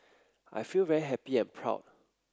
I feel very happy and proud